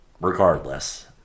Regardless